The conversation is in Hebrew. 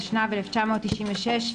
התשנ"ו-1996,